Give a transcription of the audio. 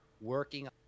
working